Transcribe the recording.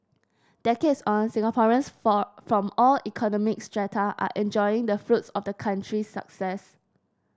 decades on Singaporeans from from all economic strata are enjoying the fruits of the country's success